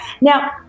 now